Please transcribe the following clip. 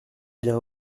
bien